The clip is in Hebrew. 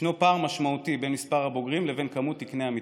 ישנו פער משמעותי בין מספר הבוגרים לבין מספר תקני המתמחים.